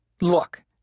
Look